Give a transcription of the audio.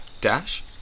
Dash